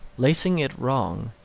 lacing it wrong,